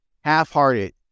half-hearted